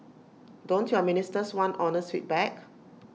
don't your ministers want honest feedback